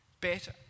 better